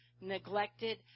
neglected